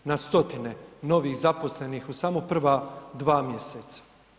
Na 100-tine novih zaposlenih u samo prva dva mjeseca.